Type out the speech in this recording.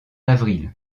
avril